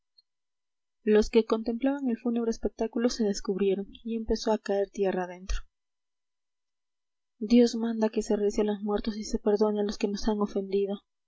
los que contemplaban el fúnebre espectáculo se descubrieron y empezó a caer tierra dentro dios manda que se rece a los muertos y se perdone a los que nos han ofendido